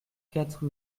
quatre